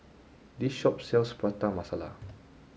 this shop sells Prata Masala